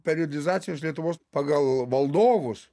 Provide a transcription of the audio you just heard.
periodizacijos lietuvos pagal valdovus